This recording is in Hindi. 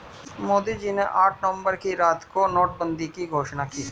मोदी जी ने आठ नवंबर की रात को नोटबंदी की घोषणा की